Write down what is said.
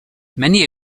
many